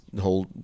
whole